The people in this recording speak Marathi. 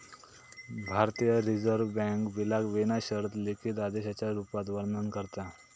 भारतीय रिजर्व बॅन्क बिलाक विना शर्त लिखित आदेशाच्या रुपात वर्णन करता